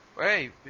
Hey